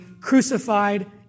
crucified